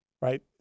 right